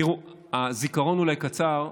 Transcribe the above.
תראו, הזיכרון אולי קצר,